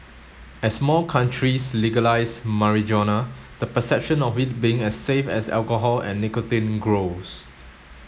as more countries legalise marijuana the perception of it being as safe as alcohol and nicotine grows